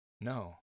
No